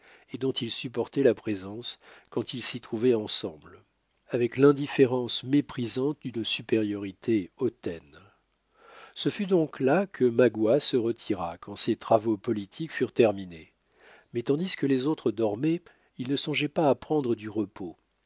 et dont il supportait la présence quand ils s'y trouvaient ensemble avec l'indifférence méprisante d'une supériorité hautaine ce fut donc là que magua se retira quand ses travaux politiques furent terminés mais tandis que les autres dormaient il ne songeait pas à prendre du repos